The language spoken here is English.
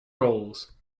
rolls